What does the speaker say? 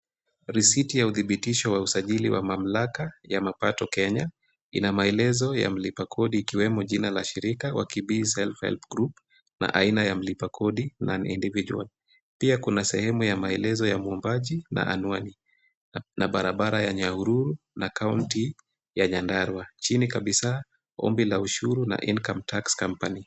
Risiti ya udhibitisho wa usajili wa mamlaka ya mapato Kenya ina maelezo ya mlipa kodi ikiwemo jina la mshirika wa workybiz self help group na aina ya mlipa kodi non-individual .Pia kuna sehemu ya maelezo ya muumbaji na anwani na barabara ya Nyahururu na kaunti ya Nyandarua. Chini kabisa ombi la ushuru na income tax company .